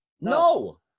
No